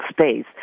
space